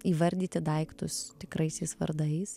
įvardyti daiktus tikraisiais vardais